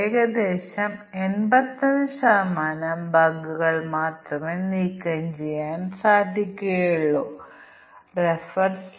ഞാൻ പറഞ്ഞതുപോലെ ടെസ്റ്റ് കേസുകൾ രൂപകൽപ്പന ചെയ്യുന്നതിന് ഞങ്ങൾക്ക് ധാരാളം പരിശീലനം ആവശ്യമാണ്